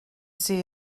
see